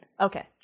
okay